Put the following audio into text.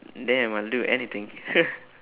damn I'll do anything